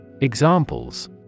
Examples